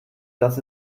dass